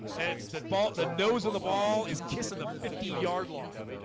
it's that ball. the nose of the ball is kissing the fifty yard line